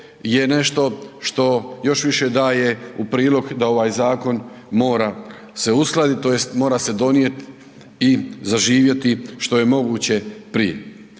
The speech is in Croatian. je nešto što još više daje u prilog da ovaj zakon mora se uskladiti, tj. mora se donijeti i zaživjeti što je moguće prije.